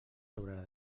sobre